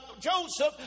Joseph